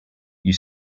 you